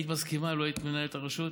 היית מסכימה, לו היית מנהלת הרשות?